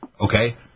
okay